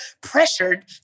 pressured